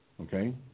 okay